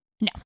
No